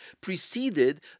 preceded